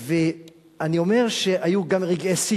ואני אומר שהיו גם רגעי שיא,